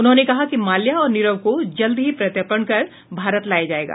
उन्होंने कहा कि माल्या और नीरव को जल्द ही प्रत्यर्पण कर भारत लाया जाएगा